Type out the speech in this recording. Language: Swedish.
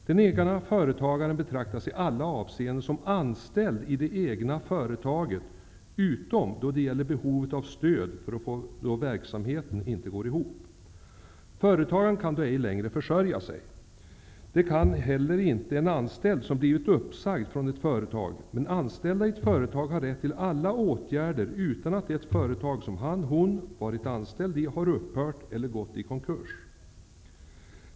Den egna företagaren betraktas i alla avseenden som anställd i det egna företaget utom då det gäller behovet av stöd då verksamheten inte går ihop. Företagaren kan då ej längre försörja sig. Det kan inte heller en anställd som blivit uppsagd från ett företag. Men anställda i ett företag har rätt till alla åtgärder utan att det företag som han eller hon varit anställd i har upphört eller gått i konkurs.